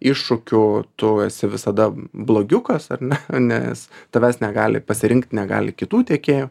iššūkių tu esi visada blogiukas ar ne nes tavęs negali pasirinkt negali kitų tiekėjų